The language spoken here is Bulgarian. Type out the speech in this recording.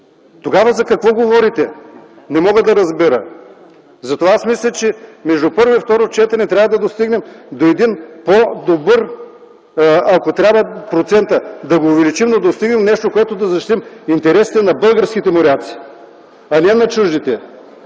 Тогава за какво говорите, не мога да разбера?! Затова мисля, че между първо и второ четене трябва да достигнем до по-добър процент. Да го увеличим, но да достигнем до нещо, с което да защитим интересите на българските моряци, а не на чуждите.